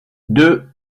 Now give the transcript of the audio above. deux